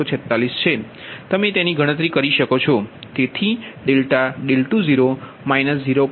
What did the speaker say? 946 છે તમે ગણતરી કરી શકો છો